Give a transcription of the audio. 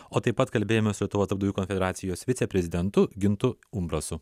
o taip pat kalbėjome su lietuvos darbdavių konfederacijos viceprezidentu gintu umbrasu